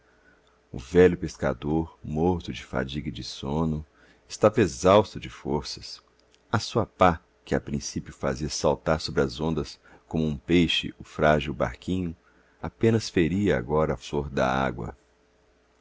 o velho pescador morto de fadiga e de sono estava exausto de forças a sua pá que a princípio fazia saltar sobre as ondas como um peixe o frágil barquinho apenas feria agora a flor da água